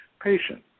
patient